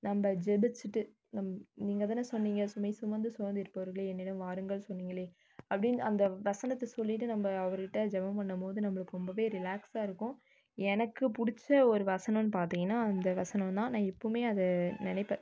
நம்ம ஜெபிச்சிட்டு நம் நீங்கள் தானே சொன்னிங்கள் சுமை சுமந்து சோர்ந்திருப்பவர்களே என்னிடம் வாருங்கள் சொன்னிங்களே அப்படினு அந்த வசனத்தை சொல்லிட்டு நம்ம அவருக்கிட்ட ஜெபம் பண்ணும் போது நம்மளுக்கு ரொம்பவே ரிலாக்ஸாக இருக்கும் எனக்கு பிடிச்ச ஒரு வசனம்னு பார்த்திங்கன்னா அந்த வசனம் தான் நான் இப்பவுமே அதை நினைப்பேன்